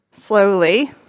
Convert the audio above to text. Slowly